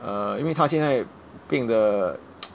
err 因为他现在病得